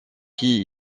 qui